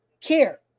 care